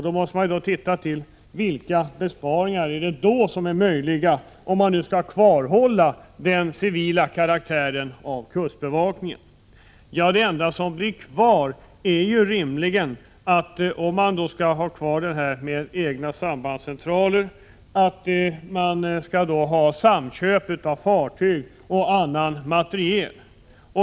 Då måste man titta på vilka besparingar som är möjliga att göra om man skall kvarhålla den civila karaktären av kustbevakningen. Det enda som blir kvar är ju rimligen att, om man skall ha kvar organisationen med egna sambandscentraler, man skall ha samköp av fartyg och annan materiel.